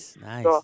nice